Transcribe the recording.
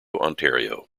ontario